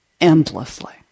endlessly